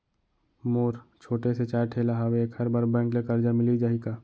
मोर छोटे से चाय ठेला हावे एखर बर बैंक ले करजा मिलिस जाही का?